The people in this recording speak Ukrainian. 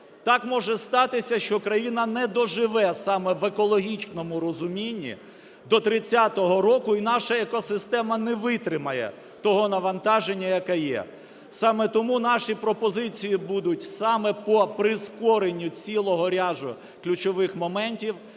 Так може статися, що Україна не доживе саме в екологічному розумінні до 30-го року, і наша екосистема не витримає того навантаження, яке є. Саме тому наші пропозиції будуть саме по прискоренню цілого ряду ключових моментів.